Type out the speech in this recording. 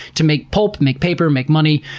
to make pulp, make paper, make money,